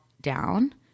down